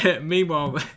meanwhile